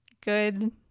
good